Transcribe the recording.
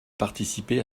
participé